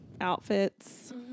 outfits